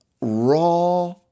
raw